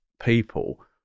people